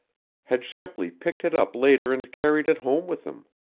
had shepley picked it up later and carried it home with him?